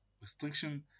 restriction